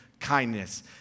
kindness